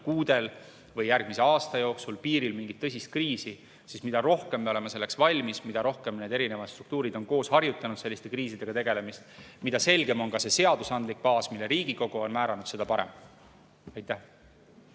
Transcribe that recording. lähikuudel või järgmise aasta jooksul piiril mingit tõsist kriisi, siis mida rohkem me oleme selleks valmis, mida rohkem eri struktuurid on koos harjutanud selliste kriisidega tegelemist ja mida selgem on ka see seadusandlik baas, mille Riigikogu on määranud, seda parem. Andres